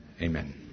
Amen